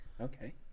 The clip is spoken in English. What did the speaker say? Okay